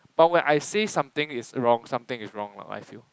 but when I say something is wrong something is wrong lah I feel